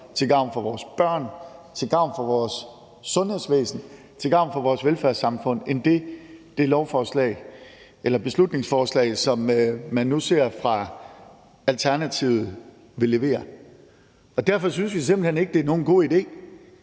til gavn for vores børn, til gavn for vores sundhedsvæsen, til gavn for vores velfærdssamfund end det, det lovforslag, som man nu ser fra Alternativet, vil levere. Derfor synes vi simpelt hen ikke, det er nogen god idé